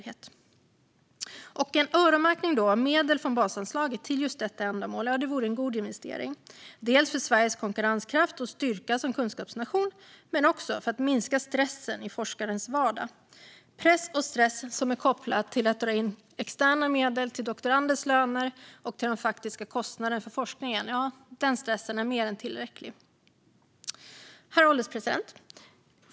En öronmärkning av medel från basanslaget till just detta ändamål vore en god investering, dels för Sveriges konkurrenskraft och styrka som kunskapsnation, dels för att minska stressen i forskarens vardag. Pressen och stressen som är kopplad till att dra in externa medel till doktoranders löner och till de faktiska kostnaderna för forskningen är mer än tillräcklig. Herr ålderspresident!